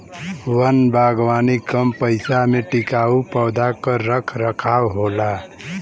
वन बागवानी कम पइसा में टिकाऊ पौधा क रख रखाव होला